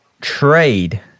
trade